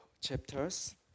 chapters